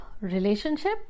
relationship